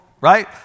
right